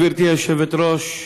גברתי היושבת-ראש,